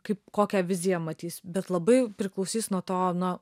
kaip kokią viziją matys bet labai priklausys nuo to na